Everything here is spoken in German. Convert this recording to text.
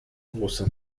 große